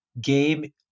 game